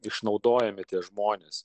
išnaudojami tie žmonės